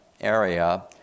area